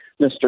Mr